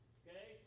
okay